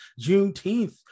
Juneteenth